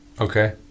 Okay